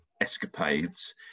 escapades